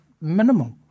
minimal